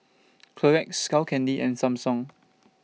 Clorox Skull Candy and Samsung